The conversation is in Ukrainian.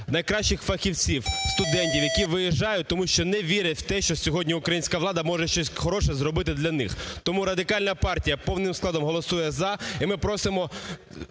найкращих фахівців, студентів, які виїжджають, тому що не вірять в те, що сьогодні українська влада може щось хороше зробити для них. Тому Радикальна партія повним складом голосує "за". І ми просимо